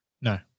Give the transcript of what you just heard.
No